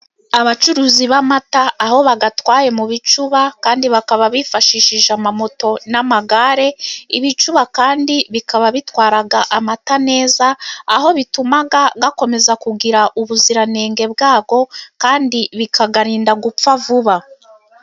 Abacuruzi b' amata aho bayatwaye mu bicuba, kandi bakaba bifashishije amamoto n' amagare; ibicuba kandi bikaba bitwara amata neza aho bituma akomeza kugira ubuziranenge bwabwo, kandi bikayarinda gupfa vuba.